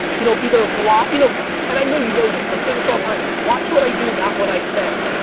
you know either a vlog, you know and i know you know this, i say this all the time, watch what i do, not what i say.